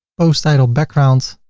post title background,